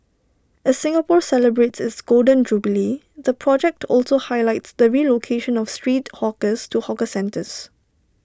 as Singapore celebrates its Golden Jubilee the project also highlights the relocation of street hawkers to hawker centres